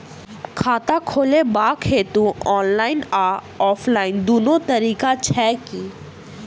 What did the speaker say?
खाता खोलेबाक हेतु ऑनलाइन आ ऑफलाइन दुनू तरीका छै की?